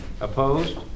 Opposed